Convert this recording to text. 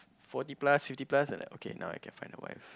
forty plus fifty plus then like okay now I can find a wife